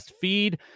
feed